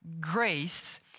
grace